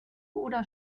oder